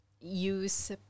use